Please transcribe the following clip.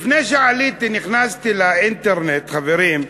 לפני שעליתי נכנסתי לאינטרנט, חברים.